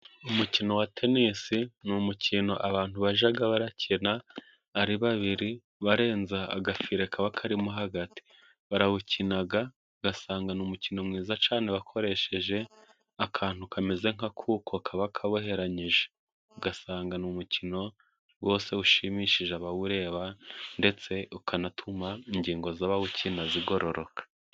Umukino wa tenisi， ni umukino abantu bajya barakina ari babiri，barenza agafire kaba karimo hagati. Barawukina ugasanga ni umukino mwiza cyane，w bakoresheje akantu kameze nk'akuko， kaba kaboheranyije， ugasanga ni umukino rwose ushimishije abawureba， ndetse ukanatuma ingingo z’abawukina zigororoka.